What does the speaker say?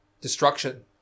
destruction